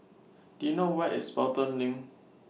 Do YOU know Where IS Pelton LINK